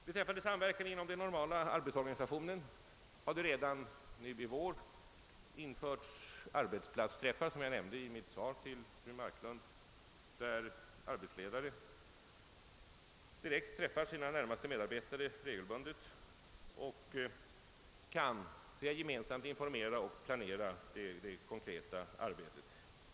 Beträffande samverkan inom arbetsorganisationen kan jag nämna att det redan i vår infördes arbetsplatsträffar, som jag också nämnde i mitt svar till fru Marklund, varvid arbetsledare regelbundet direkt träffar sina närmaste medarbetare, varvid de gemensamt kan informera och planera det konkreta arbetet.